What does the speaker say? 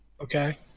Okay